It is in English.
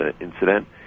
incident